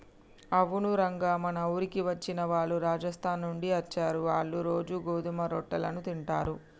అవును రంగ మన ఊరికి వచ్చిన వాళ్ళు రాజస్థాన్ నుండి అచ్చారు, ఆళ్ళ్ళు రోజూ గోధుమ రొట్టెలను తింటారు